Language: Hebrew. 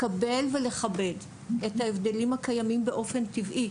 לקבל ולכבד את ההבדלים הקיימים באופן טבעי